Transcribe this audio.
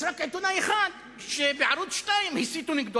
יש רק עיתונאי אחד שבערוץ-2 הסיתו נגדו,